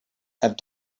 have